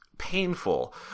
Painful